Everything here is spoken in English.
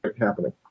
happening